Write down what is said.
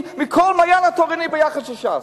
מאשר בכל "מעיין החינוך התורני" ביחד של ש"ס.